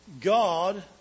God